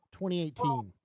2018